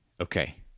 Okay